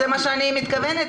זה מה שאני מתכוונת.